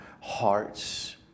hearts